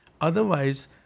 Otherwise